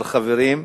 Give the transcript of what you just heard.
12 חברים,